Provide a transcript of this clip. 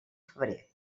febrer